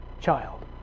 child